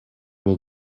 will